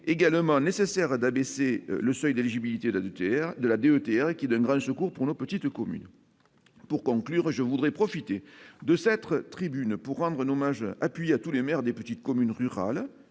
également nécessaire d'abaisser le seuil d'éligibilité de TER de la det qui donnera, je cours pour les petites communes, pour conclure, je voudrais profiter de s'être Tribune pour rendre nos hommage appuyé à tous les maires des petites communes rurales